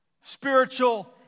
spiritual